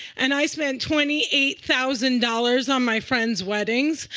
and i've spent twenty eight thousand dollars on my friends' weddings.